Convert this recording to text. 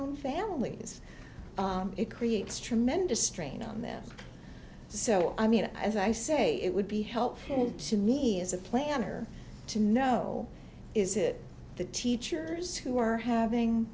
own families it creates tremendous strain on them so i mean as i say it would be helpful to me as a planner to know is it the teachers who are